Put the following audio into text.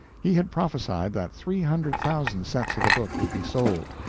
he had prophesied that three hundred thousand sets of the book would be sold,